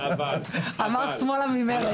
אמר שמאלה ממרץ.